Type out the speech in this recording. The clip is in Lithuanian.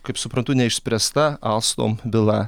kaip suprantu neišspręsta alstom byla